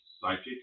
psychic